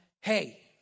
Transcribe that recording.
hey